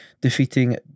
defeating